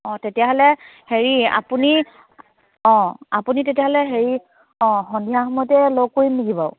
অ তেতিয়াহ'লে হেৰি আপুনি অ আপুনি তেতিয়াহ'লে হেৰি অ সন্ধিয়া সময়তে লগ কৰিম নিকি বাৰু